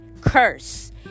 curse